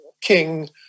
king